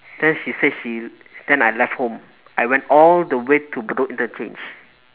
then she said she then I left home I went all the way to bedok interchange